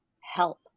help